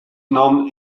non